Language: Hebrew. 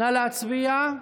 נא להצביע.